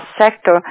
sector